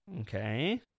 Okay